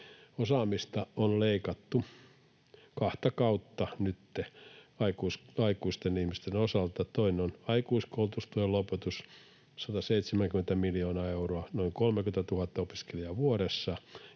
Osaamista on leikattu kahta kautta aikuisten ihmisten osalta. Toinen on aikuiskoulutustuen lopetus, 170 miljoonaa euroa, noin 30 000 opiskelijaa vuodessa,